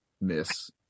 miss